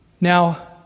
Now